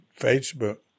Facebook